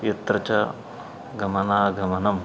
यत्र च गमनागमनं